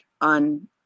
on